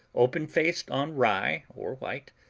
open-faced on rye or white,